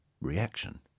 reaction